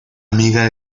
amiga